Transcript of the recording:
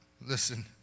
Listen